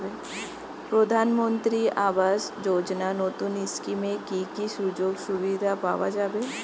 প্রধানমন্ত্রী আবাস যোজনা নতুন স্কিমে কি কি সুযোগ সুবিধা পাওয়া যাবে?